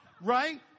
right